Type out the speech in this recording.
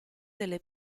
delle